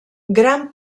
gran